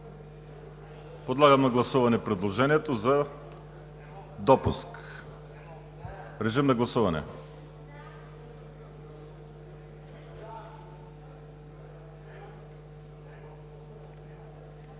Подлагам на гласуване предложението за допуск. Гласували